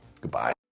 goodbye